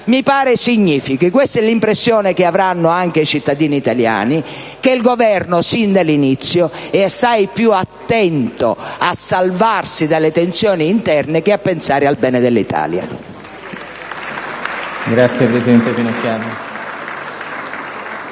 mi pare significhi - questa è l'impressione che avranno anche i cittadini italiani - che il Governo sin dall'inizio è assai più attento a salvarsi dalle tensioni interne che a pensare al bene dell'Italia. *(Applausi dai